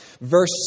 Verse